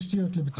תשתיות לביצוע.